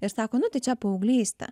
ir sako nu tai čia paauglystė